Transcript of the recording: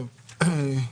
בבקשה.